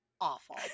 awful